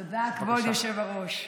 תודה, כבוד היושב-ראש.